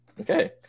Okay